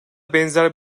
benzer